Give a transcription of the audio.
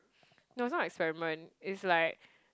no some experiment is like